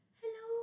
hello